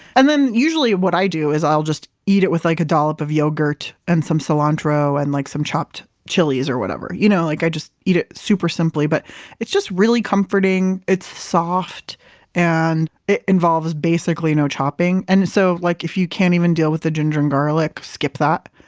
and then usually, what i do is i'll just eat it with like a dollop of yogurt and some cilantro and like some chopped chilies or whatever. you know like i just eat it super simply but it's just really comforting, it's soft and it involves basically no chopping. and so, like if you can't even deal with the ginger and garlic, skip that,